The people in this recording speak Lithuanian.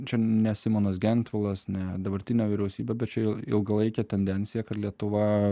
čia ne simonas gentvilas ne dabartinė vyriausybė bet čia jau ilgalaikė tendencija kad lietuva